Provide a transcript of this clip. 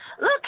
Look